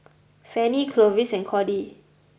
Fannie Clovis and Cordie